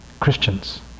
Christians